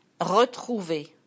Retrouver